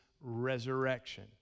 resurrection